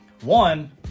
One